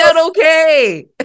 okay